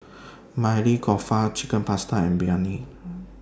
Maili Kofta Chicken Pasta and Biryani